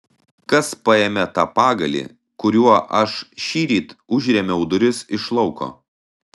kas paėmė tą pagalį kuriuo aš šįryt užrėmiau duris iš lauko